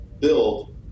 build